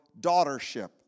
daughtership